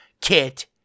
Kit